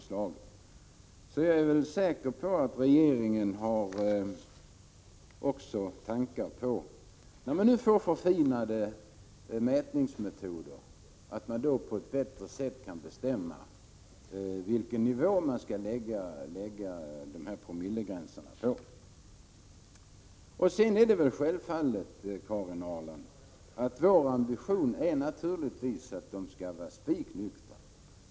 Så jag är säker på att regeringen har funderingar i den vägen, när vi nu får förfinade mätningsmetoder, så att man på ett bättre sätt kan bestämma vilken nivå man skall lägga promillegränserna på. Det är väl självklart, Karin Ahrland, att vår ambition är att trafikanterna skall vara spiknyktra.